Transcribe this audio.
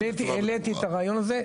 העליתי את הרעיון הזה,